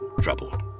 trouble